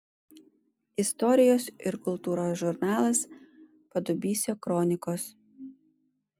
istorijos ir kultūros žurnalas padubysio kronikos